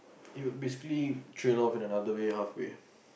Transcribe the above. it will basically trial off in another way halfway